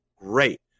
great